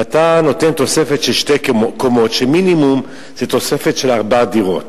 ואתה נותן תוספת של שתי קומות שזה מינימום תוספת של ארבע דירות.